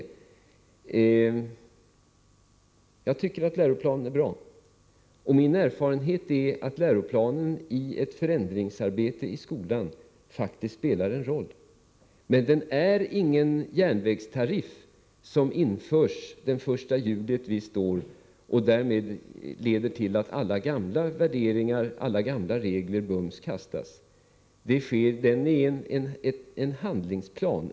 — Ja, jag tycker att läroplanen är bra. Min erfarenhet är att läroplanen i ett förändringsarbete i skolan faktiskt spelar en roll. Men den är ingen järnvägstariff, som införs den 1 juli ett visst år och därmed leder till att alla gamla regler bums kastas. Den utgör ett handlingsprogram.